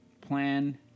plan